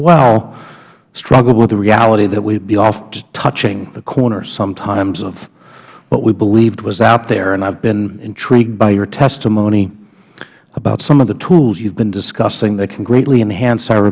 well struggled with the reality that we would be oft just touching the corners sometimes of what we believed was out there and i have been intrigued by your testimony about some of the tools you have been discussing that can greatly enhance our